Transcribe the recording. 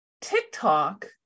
TikTok